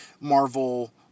Marvel